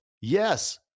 Yes